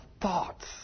thoughts